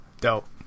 dope